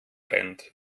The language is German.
brennt